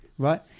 Right